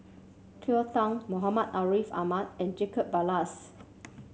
Cleo Thang Muhammad Ariff Ahmad and Jacob Ballas